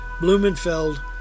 Blumenfeld